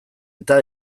eta